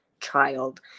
child